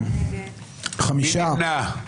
מי נמנע?